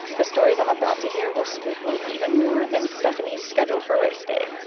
the stories i'm about to hear will spook me even more than stephanie's schedule for race day.